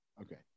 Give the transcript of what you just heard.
Okay